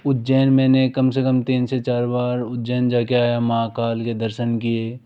उज्जैन मैंने कम से कम तीन से चार बार उज्जैन जा के आया महाकाल के दर्शन किए